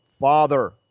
father